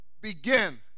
begin